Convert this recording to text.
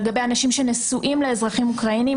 לגבי אנשים שנשואים לאזרחים אוקראינים.